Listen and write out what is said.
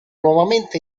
nuovamente